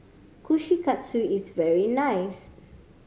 kushikatsu is very nice